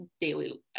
daily